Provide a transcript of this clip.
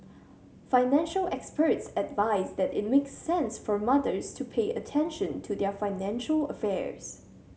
financial experts advise that it makes sense for mothers to pay attention to their financial affairs